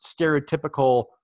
stereotypical